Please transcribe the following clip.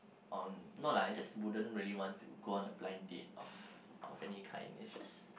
oh no lah I just wouldn't really want to go on a blind date of of any kind it's just